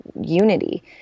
unity